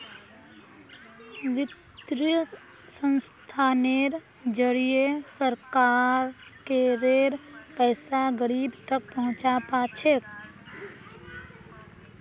वित्तीय संस्थानेर जरिए सरकारेर पैसा गरीब तक पहुंच पा छेक